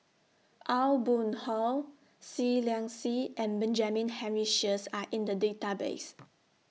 Aw Boon Haw Seah Liang Seah and Benjamin Henry Sheares Are in The Database